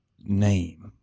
name